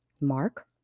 Mark